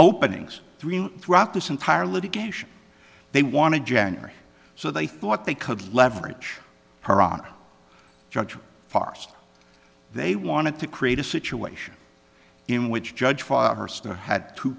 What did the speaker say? openings three throughout this entire litigation they wanted january so they thought they could leverage her own judgment fars they wanted to create a situation in which judge had two